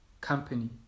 company